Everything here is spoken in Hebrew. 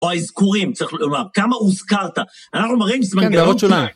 או האזכורים, צריך עוד לומר, כמה הוזכרת. אנחנו מראים סמל גדול.